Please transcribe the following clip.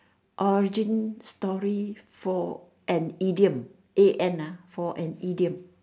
origin story for an idiom A N ah for an idiom